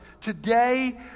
today